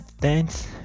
dance